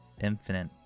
Infinite